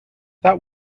that